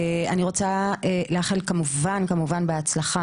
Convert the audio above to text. אני רוצה לאחל כמובן כמובן בהצלחה,